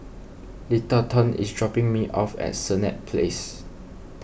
Littleton is dropping me off at Senett Place